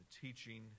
teaching